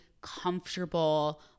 comfortable